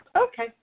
Okay